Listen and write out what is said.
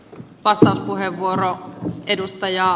arvoisa puhemies